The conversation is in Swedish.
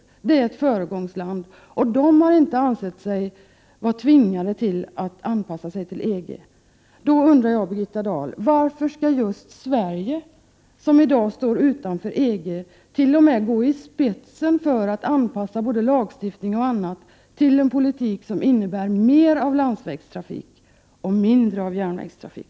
Schweiz är ett föregångsland, där man inte har ansett sig vara tvingad att anpassa sig till EG: Då undrar jag, Birgitta Dahl: Varför skall just Sverige, som i dag står utanför EG, t.o.m. gå i spetsen för att anpassa både lagstiftning och annat till en politik som innebär mer av landsvägstrafik och mindre av järnvägstrafik?